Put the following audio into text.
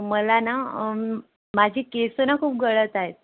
मला ना माझी केस ना खूप गळत आहेत